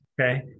Okay